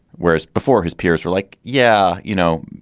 whereas before his peers were like, yeah, you know,